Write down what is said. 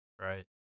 Right